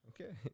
Okay